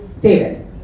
David